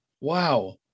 Wow